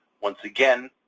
once again,